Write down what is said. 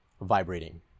vibrating